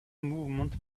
movement